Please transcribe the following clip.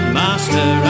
master